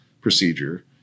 procedure